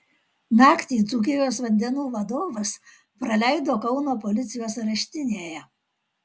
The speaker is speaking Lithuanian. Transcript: naktį dzūkijos vandenų vadovas praleido kauno policijos areštinėje